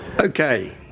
Okay